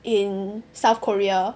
in South Korea